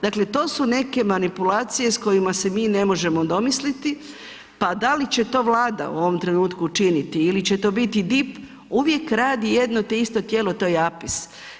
Dakle, to su neke manipulacije s kojima se mi ne možemo domisliti, pa da li će to Vlada u ovom trenutku učiniti ili će to bio DIP, uvijek radi jedno te isto tijelo, to je APIS.